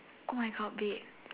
my God babe